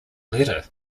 letter